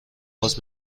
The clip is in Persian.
باز